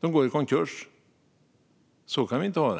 De går i konkurs. Så kan vi inte ha det.